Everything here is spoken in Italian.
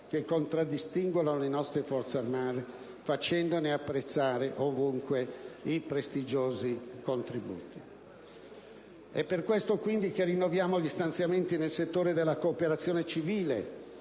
che contraddistinguono le nostre Forze armate, facendone apprezzare ovunque i prestigiosi contributi. È per questo, dunque, che rinnoviamo gli stanziamenti nel settore della cooperazione civile.